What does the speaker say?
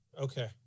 Okay